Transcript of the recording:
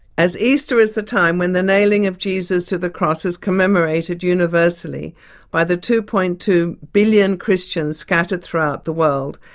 as easter is the time when the nailing of jesus to the cross is commemorated universally by the two. two billion christians scattered throughout the world,